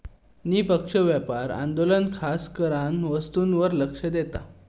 निष्पक्ष व्यापार आंदोलन खासकरान वस्तूंवर लक्ष देता